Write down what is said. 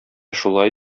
шулай